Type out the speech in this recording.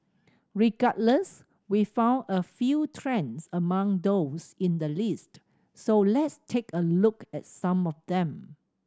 regardless we found a few trends among those in the list so let's take a look at some of them